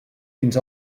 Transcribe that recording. fins